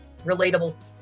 relatable